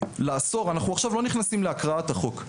אנחנו עכשיו לא נכנסים להקראת החוק,